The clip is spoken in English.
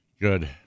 Good